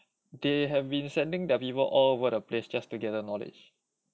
they have been sending their people all over the place just to gather knowledge